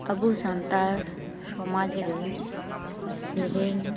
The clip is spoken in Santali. ᱟᱵᱚ ᱥᱟᱱᱛᱟᱲ ᱥᱚᱢᱟᱡᱽ ᱨᱮ ᱥᱮᱨᱮᱧ